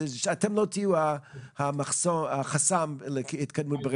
אתם לא תהיו החסם להתקדמות?